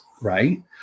right